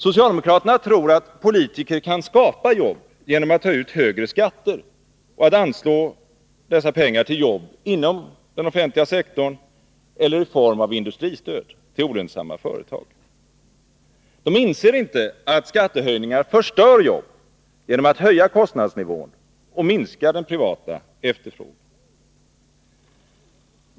Socialdemokraterna tror att politiker kan skapa jobb genom att ta ut högre skatter och sedan anslå dessa pengar till jobb inom den offentliga sektorn eller betala ut dem i form av industristöd till olönsamma företag. De inser inte att skattehöjningar förstör möjligheterna att skapa jobb, genom att de höjer kostnadsnivån och minskar den privata efterfrågan.